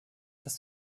das